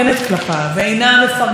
זה פשוט מדהים, העניין הזה.